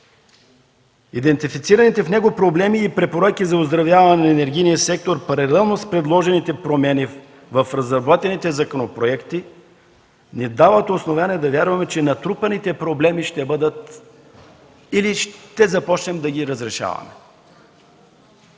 Идентифицираните в доклада проблеми и препоръки за оздравяване на енергийния сектор, паралелно с предложените промени в разработените законопроекти ни дават основание да вярваме, че натрупаните проблеми ще бъдат или ще започнем да ги разрешаваме.